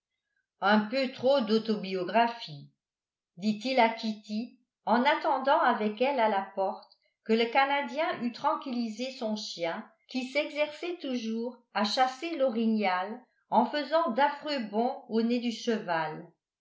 un peu trop d'autobiographie dit-il à kitty en attendant avec elle à la porte que le canadien eût tranquillisé son chien qui s'exerçait toujours à chasser l'orignal en faisant d'affreux bonds au nez du cheval